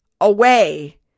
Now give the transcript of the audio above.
away